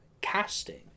casting